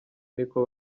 niko